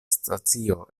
stacio